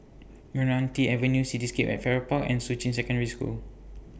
Meranti Avenue Cityscape At Farrer Park and Shuqun Secondary School